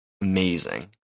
Amazing